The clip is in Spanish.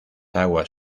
aguas